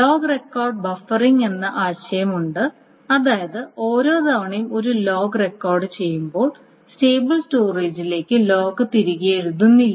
log record buffering എന്ന ആശയം ഉണ്ട് അതായത് ഓരോ തവണയും ഒരു ലോഗ് റെക്കോർഡ് ചെയ്യുമ്പോൾ സ്റ്റേബിൾ സ്റ്റോറേജിലേക്ക് ലോഗ് തിരികെ എഴുതുന്നില്ല